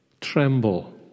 tremble